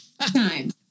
time